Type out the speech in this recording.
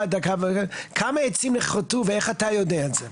בקצרה כמה עצים נכרתו, ואיך אתה יודע את זה.